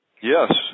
Yes